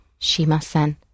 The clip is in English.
shimasen